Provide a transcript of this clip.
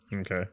okay